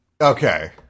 Okay